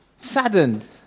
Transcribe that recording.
saddened